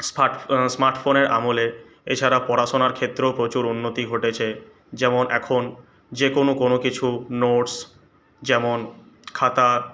স্মার্টফো স্মার্টফোনের আমলে এছাড়া পড়াশোনার ক্ষেত্রেও প্রচুর উন্নতি ঘটেছে যেমন এখন যেকোনো কোনো কিছু নোটস যেমন খাতা